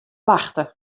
wachte